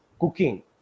cooking